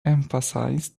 emphasized